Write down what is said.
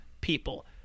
people